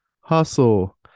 hustle